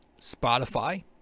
Spotify